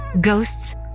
Ghosts